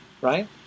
Right